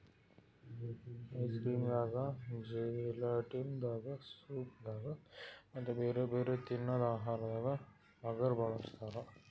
ice cream ದಾಗಾ gelatin ದಾಗಾ soup ದಾಗಾ ಮತ್ತ್ ಬ್ಯಾರೆ ಬ್ಯಾರೆ ತಿನ್ನದ್ ಆಹಾರದಾಗ ಅಗರ್ ಬಳಸ್ತಾರಾ